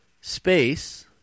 space